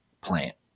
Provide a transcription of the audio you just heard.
plant